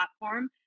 platform